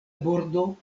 bordo